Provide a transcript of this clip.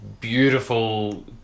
beautiful